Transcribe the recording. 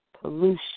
pollution